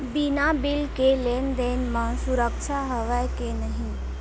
बिना बिल के लेन देन म सुरक्षा हवय के नहीं?